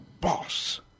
boss